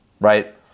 right